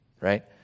right